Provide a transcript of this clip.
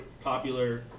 popular